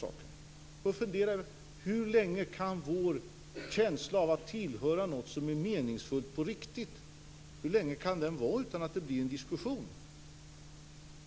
Man bör fundera över hur länge känslan av att tillhöra något som är meningsfullt på riktigt kan hålla i sig utan att det blir en diskussion.